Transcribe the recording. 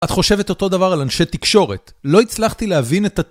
את חושבת אותו דבר על אנשי תקשורת. לא הצלחתי להבין את הת...